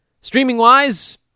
Streaming-wise